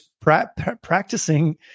practicing